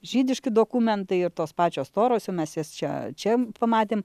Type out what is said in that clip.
žydiški dokumentai ir tos pačios toros jau mes jas čia čia jau pamatėm